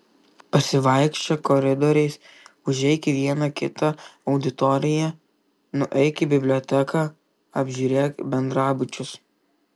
pasivaikščiok koridoriais užeik į vieną kitą auditoriją nueik į biblioteką apžiūrėk bendrabučius